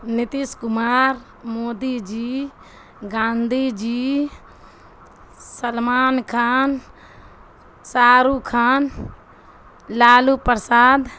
Nitish Kumar Modi ji Gandhi ji Salman Khan Shah Rukh Khan Lalu Prasad